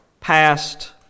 past